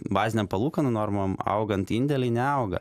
bazinėm palūkanų normoms augant indėliai neauga